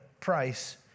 price